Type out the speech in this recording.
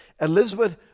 Elizabeth